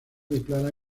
declara